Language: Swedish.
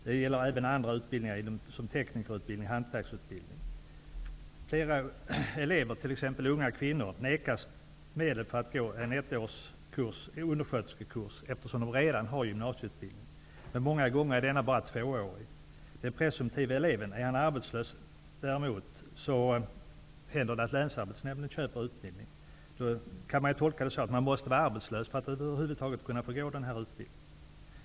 Det gäller även tekniker och hantverksutbildning. Flera elever, t.ex. unga kvinnor, vägras medel för att gå en ettårig undersköterskekurs, eftersom de redan har gymnasieutbildning. Oftast har de bara tvåårig gymnasieutbildning. Men om den presumtive eleven är arbetslös händer det att länsarbetsnämnden köper utbildning. Man kan tolka det som att man måste vara arbetslös för att över huvud taget kunna få gå den här utbildningen.